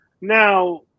Now